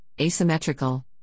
asymmetrical